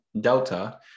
delta